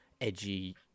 edgy